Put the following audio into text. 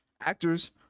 Actors